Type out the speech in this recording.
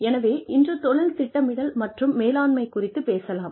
எனவே இன்று தொழில் திட்டமிடல் மற்றும் மேலாண்மை குறித்துப் பேசலாம்